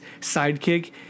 sidekick